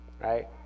right